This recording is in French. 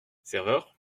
serveur